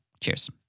Cheers